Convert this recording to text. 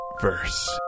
Verse